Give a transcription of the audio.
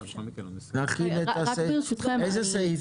רציתי להתייחס